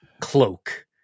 cloak